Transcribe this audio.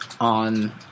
on